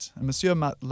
Monsieur